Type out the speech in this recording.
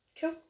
Cool